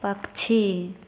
पक्षी